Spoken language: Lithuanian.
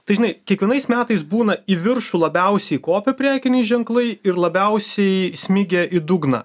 tai žinai kiekvienais metais būna į viršų labiausiai kopę prekiniai ženklai ir labiausiai smigę į dugną